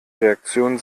reaktionen